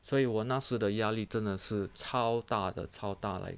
所以我那时的压力真的是超大的超大的 like